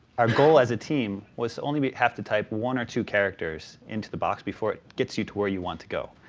our goal as a team was only to have to type one or two characters into box before it gets you to where you want to go.